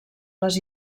les